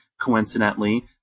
coincidentally